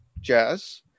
jazz